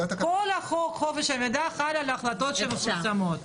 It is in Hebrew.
זה התקנות --- כל חוק חופש המידע חל על ההחלטות שמפורסמות.